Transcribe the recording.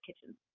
kitchens